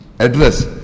address